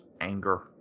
anger